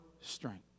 strength